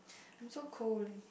I'm so cold